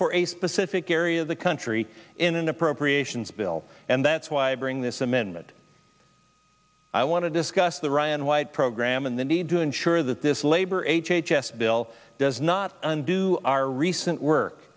for a specific area of the country in an appropriations bill and that's why i bring this amendment i want to discuss the ryan white program and the need to ensure that this labor h h s bill does not undo our recent work